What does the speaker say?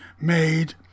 made